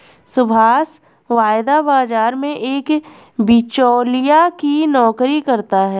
सुभाष वायदा बाजार में एक बीचोलिया की नौकरी करता है